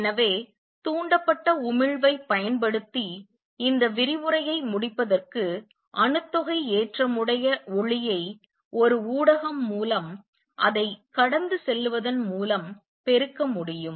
எனவே தூண்டப்பட்ட உமிழ்வைப் பயன்படுத்தி இந்த விரிவுரையை முடிப்பதற்கு அணுத்தொகை ஏற்றம் உடைய ஒளியை ஒரு ஊடகம் மூலம் அதை கடந்து செல்லுவதன் மூலம் பெருக்கமுடியும்